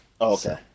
okay